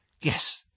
Yes